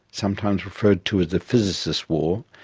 sometimes referred to as the physicists' war,